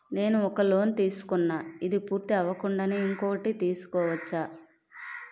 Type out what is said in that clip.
నేను ఒక లోన్ తీసుకున్న, ఇది పూర్తి అవ్వకుండానే ఇంకోటి తీసుకోవచ్చా?